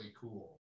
cool